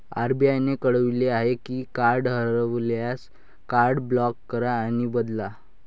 RBI ने कळवले आहे की कार्ड हरवल्यास, कार्ड ब्लॉक करा आणि बदला